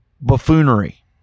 buffoonery